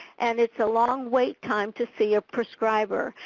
and it's a long wait time to see a prescriber.